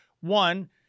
One